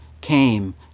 came